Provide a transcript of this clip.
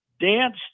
dance